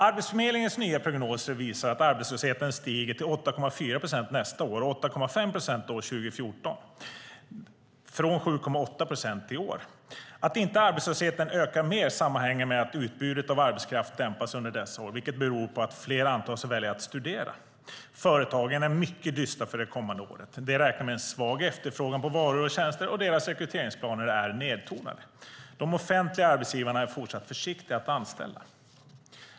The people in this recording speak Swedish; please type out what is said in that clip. Arbetsförmedlingens nya prognos visar att arbetslösheten stiger till 8,4 procent nästa år och till 8,5 procent år 2014 från 7,8 procent i år. Att inte arbetslösheten ökar mer sammanhänger med att utbudet av arbetskraft dämpas under dessa år, vilket beror på att fler antas välja att studera. Företagen är mycket dystra inför det kommande året. De räknar med en svag efterfrågan på varor och tjänster, och deras rekryteringsplaner är nedtonade. De offentliga arbetsgivarna är fortsatt försiktiga att anställa.